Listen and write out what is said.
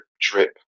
drip